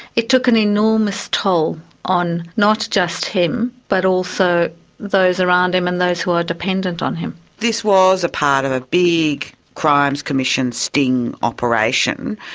it took an enormous toll on not just him but also those around him and those who are dependent on him. this was a part of a big crimes commission sting operation.